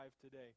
today